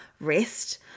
rest